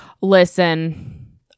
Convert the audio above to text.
Listen